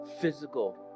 physical